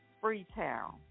Freetown